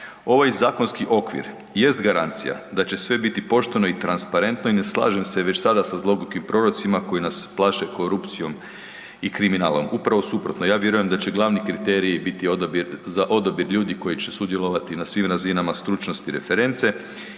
Ovaj zakonski okvir jest garancija da će sve biti pošteno i transparentno i ne slažem se već sada sa zlogukim prorocima koji nas plaše korupcijom i kriminalom. Upravo suprotno, ja vjerujem da će glavni kriteriji biti za odabir ljudi koji će sudjelovati na svi razinama stručnosti reference